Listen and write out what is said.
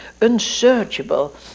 unsearchable